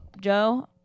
Joe